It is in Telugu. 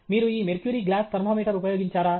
మీరు ఈ మెర్క్యూరీ గ్లాస్ థర్మామీటర్ ఉపయోగించారా